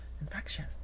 infection